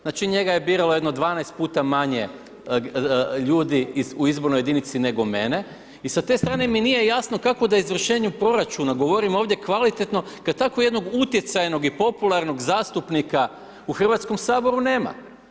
Znači, njega je biralo jedno 12 puta manje ljudi u izbornoj jedinici, nego mene i sa te strane mi nije jasno kako da o izvršenju proračuna govorim ovdje kvalitetno kada takvo utjecajnog i popularnog zastupnika u HS-u nema?